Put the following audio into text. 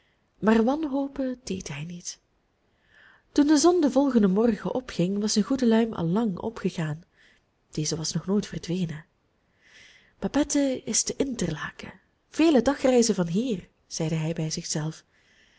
maar wanhopen deed hij niet toen de zon den volgenden morgen opging was zijn goede luim al lang opgegaan deze was nog nooit verdwenen babette is te interlaken vele dagreizen van hier zeide hij bij